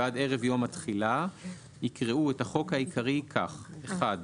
ועד ערב יום התחילה יקראו את החוק העיקרי כך: (1)